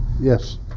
Yes